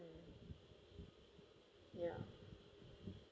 um ya